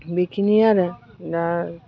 बेखिनि आरो दा